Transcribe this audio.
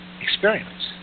experiments